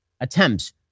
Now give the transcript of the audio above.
attempts